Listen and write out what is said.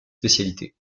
spécialité